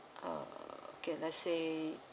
uh K let's say